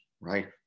right